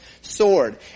sword